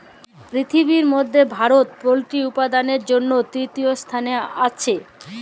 পিরথিবির মধ্যে ভারতে পল্ট্রি উপাদালের জনহে তৃতীয় স্থালে আসে